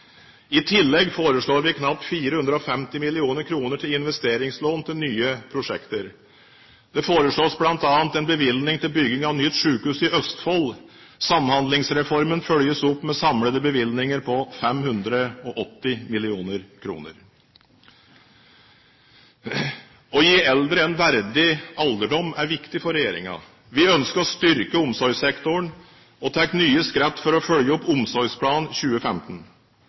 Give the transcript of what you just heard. tillegg foreslår vi knapt 450 mill. kr i investeringslån til nye prosjekter. Det foreslås bl.a. en bevilgning til bygging av nytt sykehus i Østfold. Samhandlingsreformen følges opp med samlede bevilgninger på 580 mill. kr. Å gi eldre en verdig alderdom er viktig for regjeringen. Vi ønsker å styrke omsorgssektoren og tar nye skritt for å følge opp Omsorgsplan 2015.